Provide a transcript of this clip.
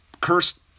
cursed